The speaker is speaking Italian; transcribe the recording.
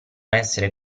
essere